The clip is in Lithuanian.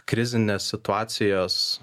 krizinės situacijos